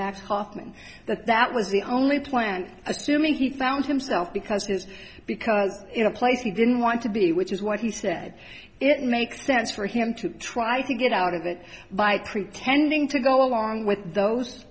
max hoffman that that was the only plan assuming he found himself because his because in a place he didn't want to be which is what he said it makes sense for him to try to get out of it by pretending to go along with those